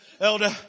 Elder